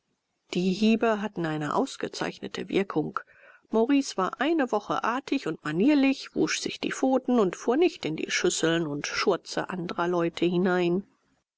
die hiebe hatten eine ausgezeichnete wirkung maurice war eine woche artig und manierlich wusch sich die pfoten und fuhr nicht in die schüsseln und schurze anderer leute hinein